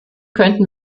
könnten